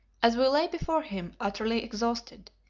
as we lay before him, utterly exhausted,